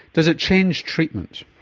does it change treatments?